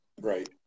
Right